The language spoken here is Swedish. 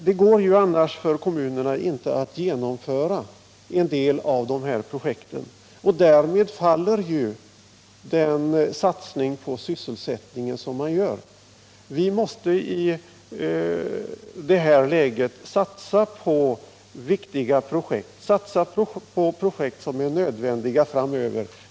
Det går annars inte för kommunerna att genomföra en del av projekten. Därmed faller den satsning på sysselsättningen som man vill göra. Vi måste i det här läget satsa på viktiga projekt, projekt som är nödvändiga framöver.